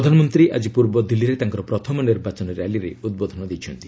ପ୍ରଧାନମନ୍ତ୍ରୀ ଆକି ପୂର୍ବ ଦିଲ୍ଲୀରେ ତାଙ୍କର ପ୍ରଥମ ନିର୍ବାଚନ ର୍ୟାଲିରେ ଉଦ୍ବୋଧନ ଦେଇଛନ୍ତି